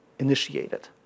Initiated